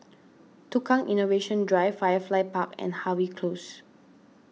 Tukang Innovation Drive Firefly Park and Harvey Close